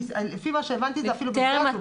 לפי מה שהבנתי, זה אפילו בשדה התעופה.